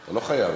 אתה לא חייב.